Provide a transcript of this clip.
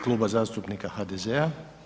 Kluba zastupnika HDZ-a.